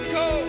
go